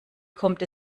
kommt